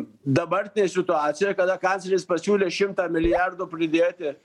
dabartinė situacija kada kancleris pasiūlė šimtą milijardų pridėti